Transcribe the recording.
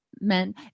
men